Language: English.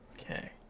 okay